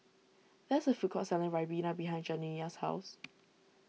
there is a food court selling Ribena behind Janiyah's house